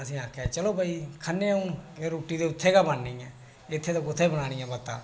असें आखेआ चलो भाई रुट्टी ते उत्थे गै बननी ऐ इत्थै ते कुत्थै बनानी ऐ बत्ता